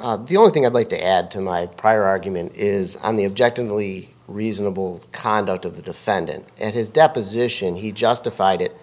you the only thing i'd like to add to my prior argument is and the object in the lee reasonable conduct of the defendant and his deposition he justified it